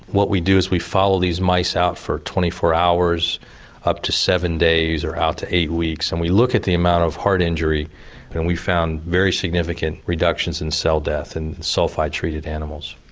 what we do is we follow these mice out for twenty four hours up to seven days or out to eight weeks and we look at the amount of heart injury but and we found very significant reductions in cell death in sulphide treated animals.